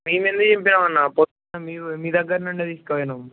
మేము ఎందుకు చింపినాం అన్న పొద్దున్న మీ మీ దగ్గర నుంచి తీసుకుపోయినాం